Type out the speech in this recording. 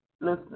listen